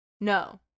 no